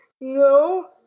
no